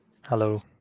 Hello